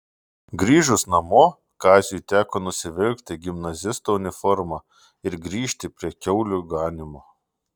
grįžus namo kaziui teko nusivilkti gimnazisto uniformą ir grįžti prie kiaulių ganymo